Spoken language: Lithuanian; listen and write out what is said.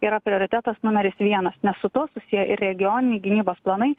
yra prioritetas numeris vienas nes su tuo susiję ir regioniniai gynybos planai